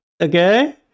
Okay